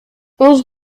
onze